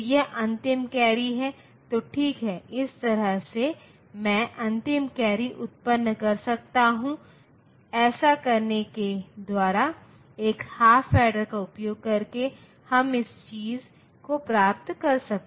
तो यह अंतिम कैरी है तो ठीक है इस तरह से मैं अंतिम कैरी उत्तपन कर सकता हूं ऐसा करने के द्वारा एक हाफ ऐडर का उपयोग करके हम इस चीज को प्राप्त कर सकते हैं